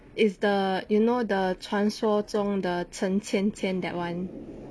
is the you know the 传说中的陈浅浅 that one